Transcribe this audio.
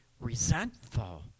resentful